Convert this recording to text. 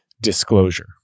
disclosure